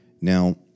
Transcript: Now